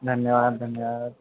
धन्यवाद धन्यवाद